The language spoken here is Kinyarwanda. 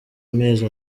amezi